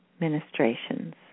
ministrations